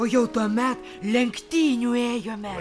o jau tuomet lenktynių ėjome